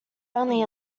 only